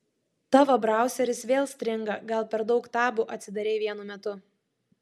tavo brauseris vėl stringa gal per daug tabų atsidarei vienu metu